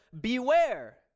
beware